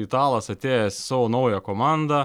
italas atėjęs į savo naują komandą